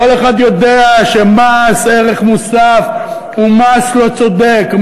כל אחד יודע שמס ערך מוסף הוא מס לא צודק,